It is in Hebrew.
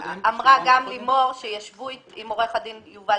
אמרה גם לימור שישבו עם עורך הדין יובל